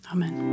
Amen